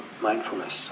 mindfulness